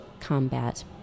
combat